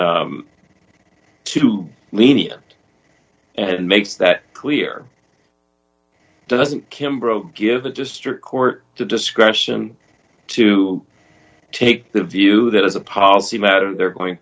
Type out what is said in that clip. reasons too lenient and makes that clear doesn't kimber give the district court to discretion to take the view that as a policy matter they're going